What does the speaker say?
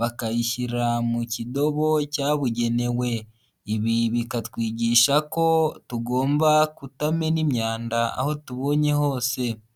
bakayishyira mu kidobo cyabugenewe. Ibi bikatwigisha ko tugomba kutamena imyanda aho tubonye hose.